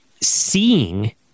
seeing